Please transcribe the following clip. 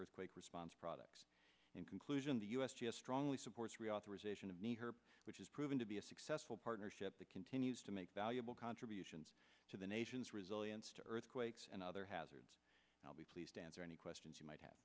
earthquake response products and conclusion the u s g s strongly supports reauthorization of need her which is proving to be a successful partnership that continues to make valuable contributions to the nation's resilience to earthquakes and other hazards i'll be pleased to answer any questions you might have